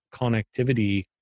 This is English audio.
connectivity